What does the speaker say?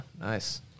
Nice